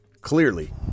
clearly